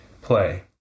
play